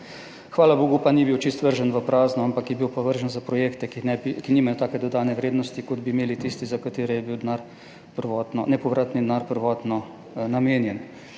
Hvala bogu, pa ni bil čisto vržen v prazno, ampak je bil pa vržen za projekte, ki nimajo take dodane vrednosti, kot bi imeli tisti, za katere je bil denar nepovratni denar prvotno namenjen.